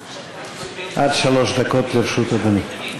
עד שלוש דקות לרשותך, אדוני.